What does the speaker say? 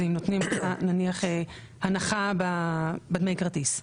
זה אם נותנים נניח הנחה בדמי הכרטיס.